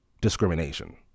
discrimination